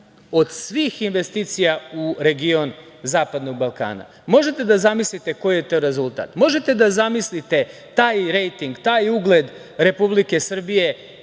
od svih investicija u region zapadnog Balkana. Možete da zamislite koji je to rezultat? Možete da zamislite taj rejting, taj ugled Republike Srbije